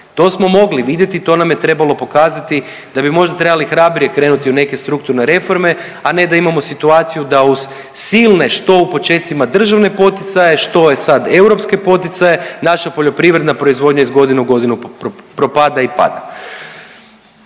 To smo mogli vidjeti, to nam je trebalo pokazati da bi možda trebali hrabrije krenuti u neke strukturne reforme, a ne da imamo situaciju da uz silne što u počecima državne poticaje, što sad europske poticaje naša poljoprivredna proizvodnja iz godine u godinu propada i pada.